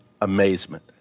amazement